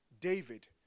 David